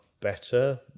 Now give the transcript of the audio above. better